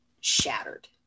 shattered